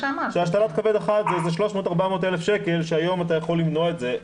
כשהשתלת כבד אחת זה 400,000-300,000 שקל שהיום אתה יכול למנוע את זה,